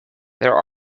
there